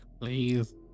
please